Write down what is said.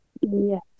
Yes